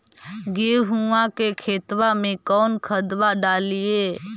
गेहुआ के खेतवा में कौन खदबा डालिए?